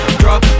drop